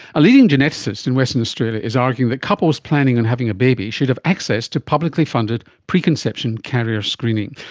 a leading geneticist in western australia is arguing that couples planning on having a baby should have access to publicly funded preconception carrier screening.